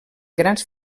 grans